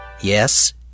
Yes